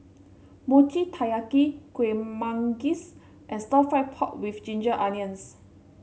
Mochi Taiyaki Kuih Manggis and Stir Fried Pork with Ginger Onions